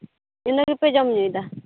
ᱤᱱᱟᱹ ᱜᱮᱯᱮ ᱡᱚᱢ ᱧᱩᱭᱫᱟ